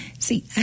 See